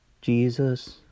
Jesus